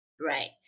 Right